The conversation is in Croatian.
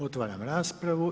Otvaram raspravu.